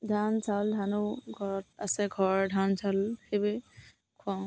ধান চাউল ধানো ঘৰত আছে ঘৰৰ ধান চাউল সেইবোৰে খুৱাওঁ